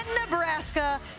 Nebraska